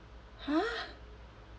!huh!